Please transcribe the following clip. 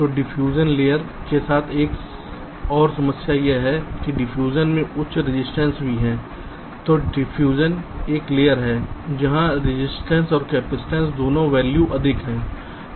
तो डिफ्यूजन एक लेयर है जहां रजिस्टेंस और कपसिटंस दोनों वैल्यू अधिक हैं